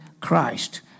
Christ